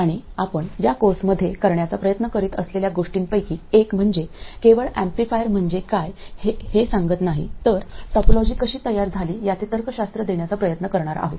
आणि आपण या कोर्समध्ये करण्याचा प्रयत्न करीत असलेल्या गोष्टींपैकी एक म्हणजे केवळ एम्पलीफायर म्हणजे काय हे सांगत नाही तर टोपोलॉजी कशी तयार झाली याचे तर्कशास्त्र देण्याचा प्रयत्न करणार आहोत